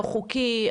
לא חוקי,